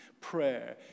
prayer